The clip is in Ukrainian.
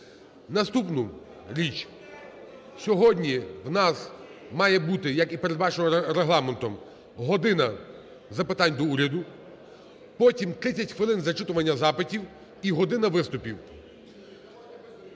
Наступна річ. Сьогодні у нас має бути, як і передбачено Регламентом, "година запитань до Уряду", потім – 30 хвилин зачитування запитів і година виступів.